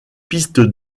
pistes